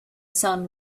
sun